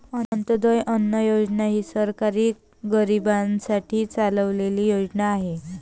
अंत्योदय अन्न योजना ही सरकार गरीबांसाठी चालवलेली योजना आहे